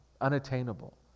unattainable